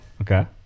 okay